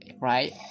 right